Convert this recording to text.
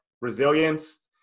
resilience